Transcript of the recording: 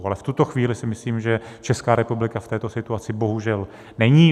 Ale v tuto chvíli si myslím, že Česká republika v této situaci bohužel není.